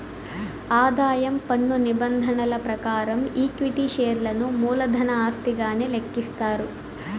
ఆదాయం పన్ను నిబంధనల ప్రకారం ఈక్విటీ షేర్లను మూలధన ఆస్తిగానే లెక్కిస్తారు